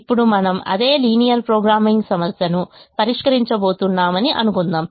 ఇప్పుడు మనం అదే లీనియర్ ప్రోగ్రామింగ్ సమస్యను పరిష్కరించబోతున్నామని అనుకుందాం